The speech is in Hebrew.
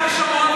גם בשומרון,